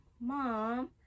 Mom